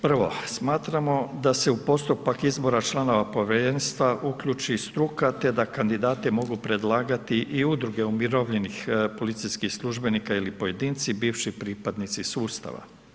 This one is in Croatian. Prvo, smatramo da se u postupak izbora članova povjerenstva uključi struka, te da kandidati mogu predlagati i udruge umirovljenih policijskih službenika ili pojedinci, bivši pripadnici sustava.